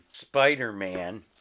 Spider-Man